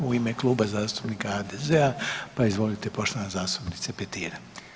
U ime Kluba zastupnika HDZ-a pa izvolite poštovana zastupnice Petir.